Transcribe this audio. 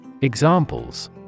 Examples